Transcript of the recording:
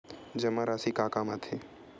जमा राशि का काम आथे?